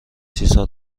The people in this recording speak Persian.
چیزها